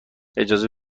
اجازه